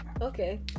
okay